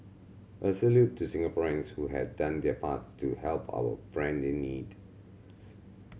a salute to Singaporeans who had done their parts to help our friend in need